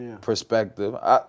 perspective